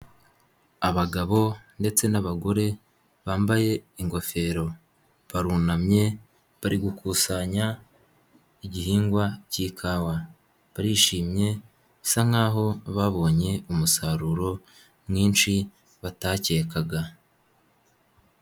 Abagabo ndetse n'abagore bambaye ingofero barunamye bari gukusanya igihingwa k'ikawa, barishimye basa nk'aho babonye umusaruro mwinshi batakekaga.